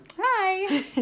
Hi